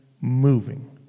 moving